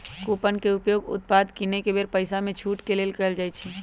coupon के उपयोग उत्पाद किनेके बेर पइसामे छूट के लेल कएल जाइ छइ